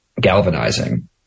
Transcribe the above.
galvanizing